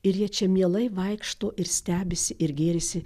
ir jie čia mielai vaikšto ir stebisi ir gėrisi